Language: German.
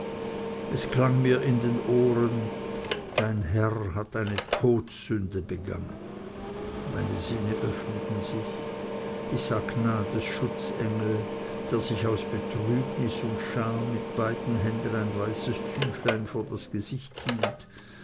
es klang mir in den ohren dein herr hat eine todsünde begangen meine sinne öffneten sich ich sah gnades schutzengel der sich aus betrübnis und scham mit beiden händen ein weißes tüchlein vor das gesicht hielt